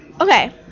Okay